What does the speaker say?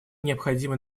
необходимо